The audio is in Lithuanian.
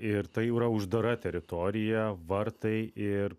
ir tai jau yra uždara teritorija vartai ir